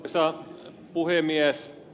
arvoisa puhemies